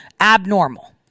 abnormal